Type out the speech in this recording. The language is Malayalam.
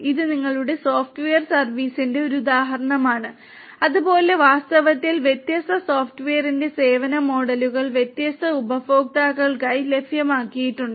ഇത് നിങ്ങളുടെ സോഫ്റ്റ്വെയർ സർവീസിന്റെ ഒരു ഉദാഹരണമാണ് അതു പോലെ വാസ്തവത്തിൽ വ്യത്യസ്ത സോഫ്റ്റ്വെയറിന്റെ സേവന മോഡലുകൾ വ്യത്യസ്ത ഉപയോക്താക്കൾക്കായി ലഭ്യമാക്കിയിട്ടുണ്ട്